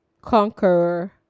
conqueror